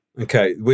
Okay